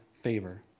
favor